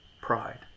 Pride